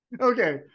okay